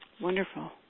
Wonderful